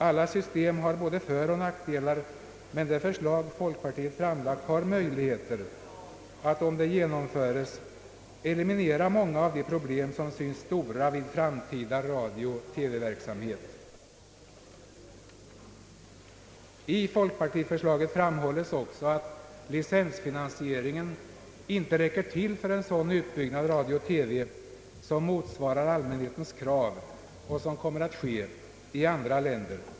Alla system har både föroch nackdelar, men det förslag folkpartiet framlagt har möjligheter att, om det genomföres, eliminera många av de problem som syns stora vid framtida radiooch TV-verksamhet. I folkpartiförslaget framhålles också att licensfinansieringen inte räcker till för en sådan utbyggnad av radio-TV som motsvarar allmänhetens krav och som kommer att ske i andra länder.